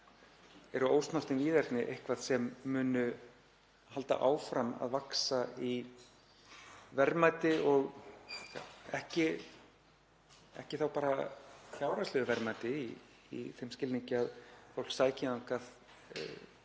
eru ósnortin víðerni eitthvað sem mun halda áfram að vaxa í verðmæti, ekki bara fjárhagslegu verðmæti í þeim skilningi að fólk sæki þangað